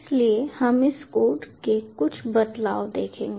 इसलिए हम इस कोड के कुछ बदलाव देखेंगे